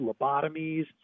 lobotomies